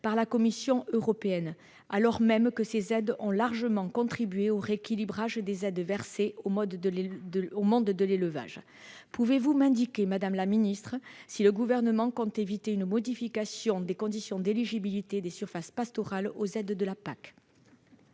par la Commission européenne, alors même que ces aides ont largement contribué au rééquilibrage des subventions versées au monde de l'élevage. Pouvez-vous m'indiquer, madame la secrétaire d'État, si le Gouvernement compte éviter une modification des conditions d'éligibilité des surfaces pastorales aux aides de la PAC ?